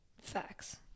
Facts